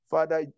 Father